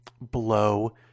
blow